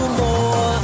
more